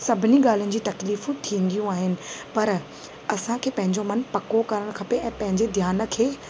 सभिनी ॻाल्हियुनि जी तकलीफ़ूं थींदियूं आहिनि पर असांखे पंहिंजो मनु पको करणु खपे ऐं पंहिंजे ध्यान खे